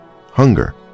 hunger